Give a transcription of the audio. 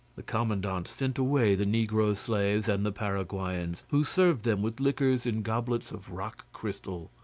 the commandant sent away the negro slaves and the paraguayans, who served them with liquors in goblets of rock-crystal.